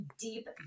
deep